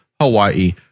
Hawaii